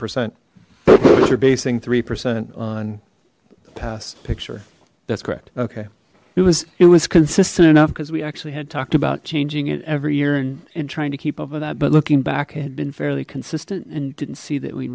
what you're basing three percent on the past picture that's correct okay it was it was consistent enough because we actually had talked about changing it every year and trying to keep up with that but looking back had been fairly consistent and didn't see that we